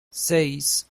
seis